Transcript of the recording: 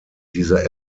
dieser